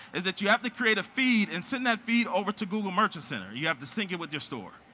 is that you have to create a feed and send that feed over to google merchant center. you have to sync it with your store.